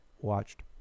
watched